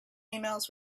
emails